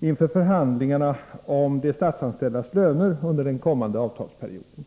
inför förhandlingarna om de statsanställdas löner under den kommande avtalsperioden.